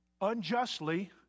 unjustly